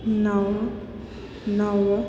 नव नव